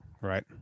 Right